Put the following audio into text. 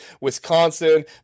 Wisconsin